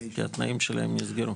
כי התנאים שלהם נסגרו.